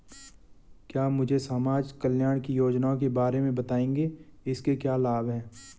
क्या मुझे समाज कल्याण की योजनाओं के बारे में बताएँगे इसके क्या लाभ हैं?